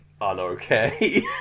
unokay